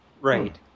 Right